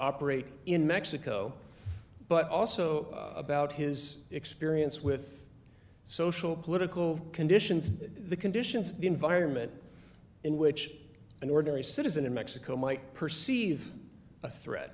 operate in mexico but also about his experience with social political conditions the conditions the environment in which an ordinary citizen in mexico might perceive a threat